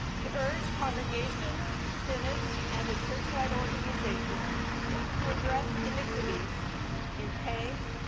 to urge congregations, synods, and the churchwide organization to address inequities in pay,